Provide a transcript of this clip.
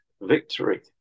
victory